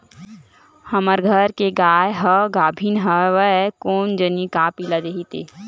हमर घर के गाय ह गाभिन हवय कोन जनी का पिला दिही ते